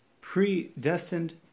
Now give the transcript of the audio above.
predestined